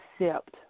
accept